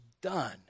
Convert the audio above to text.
done